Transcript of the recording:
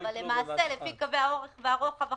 אבל לפי קווי האורך והרוחב החדשים,